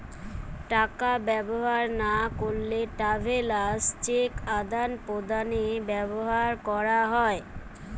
টাকা ব্যবহার না করলে ট্রাভেলার্স চেক আদান প্রদানে ব্যবহার করা হয়